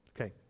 Okay